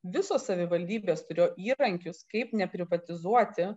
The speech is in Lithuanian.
visos savivaldybės turėjo įrankius kaip neprivatizuoti